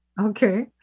okay